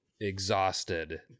exhausted